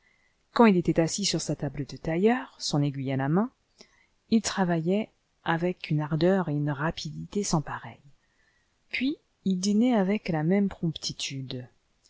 quand il était assis sur sa table de tailleur son aiguille à la main il travaillait avec une ardeur et une rapidité sans pareilles puis il dînaijpavec la même promptitude